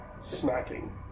smacking